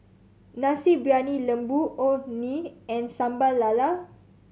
Nasi Briyani Lembu Orh Nee and Sambal Lala